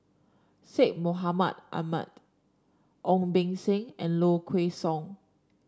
Syed Mohamed Ahmed Ong Beng Seng and Low Kway Song